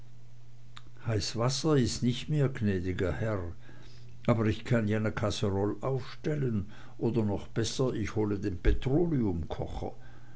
heiß wasser is nicht mehr gnädiger herr aber ich kann ja ne kasseroll aufstellen oder noch besser ich hole den